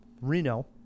Reno